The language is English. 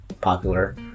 popular